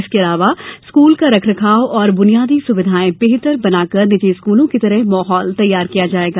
इसके अलावा स्कूल का रखरखाव और बुनियादी सुविधायें बेहतर बनाकर निजी स्कूलों की तरह माहौल तैयार किया जाएगा